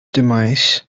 demise